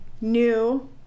new